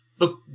Look